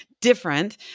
different